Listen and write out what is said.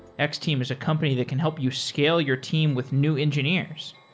x-team is a company that can help you scale your team with new engineers.